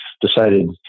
decided